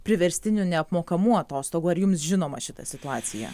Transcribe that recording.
priverstinių neapmokamų atostogų ar jums žinoma šita situacija